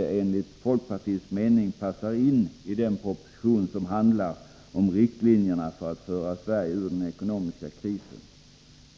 enligt folkpartiets mening inte passar in i en proposition som handlar om riktlinjerna för att föra Sverige ur den ekonomiska krisen.